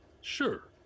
Sure